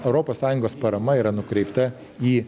europos sąjungos parama yra nukreipta į